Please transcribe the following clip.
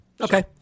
okay